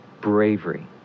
bravery